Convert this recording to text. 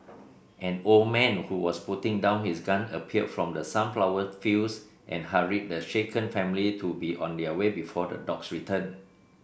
an old man who was putting down his gun appeared from the sunflower fields and hurried the shaken family to be on their way before the dogs return